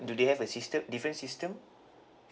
do they have a system different system